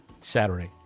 Saturday